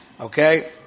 Okay